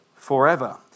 forever